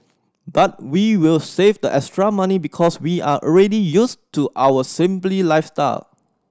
but we will save the extra money because we are already used to our simply lifestyle